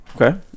Okay